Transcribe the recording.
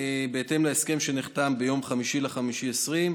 בהתאם להסכם שנחתם ב-5 במאי 2020,